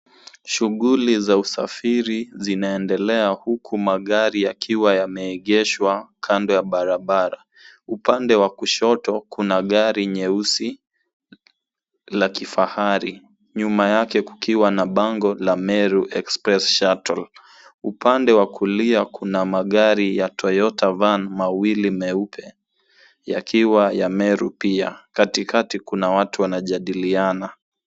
Shughuli za usafiri zinaendelea huku magari yakiwa yameegeshwa kando ya barabara. Upande wa kushoto kuna gari nyeusi ya kifahari nyuma yake kukiwa na bango la Meru Express Shuttle. Upande wa kulia kuna magari ya Toyota Van mawili meupe yakiwa ya Meru pia. Katikati kuna watu wanajadiliana.